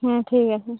হ্যাঁ ঠিক আছে